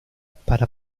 para